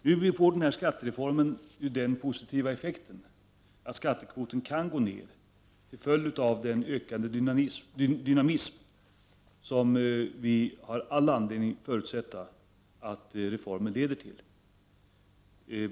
Nu får skattereformen den positiva effekten att skattekvoten går ned till följd av den ökade dynamism som vi har all anledning att förutsätta att reformen leder till.